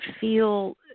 feel